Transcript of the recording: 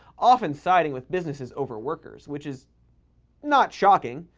often siding with businesses over workers, which is not shocking,